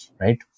right